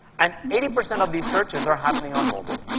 and eighty percent of these search es are happening on mobile,